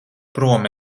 prom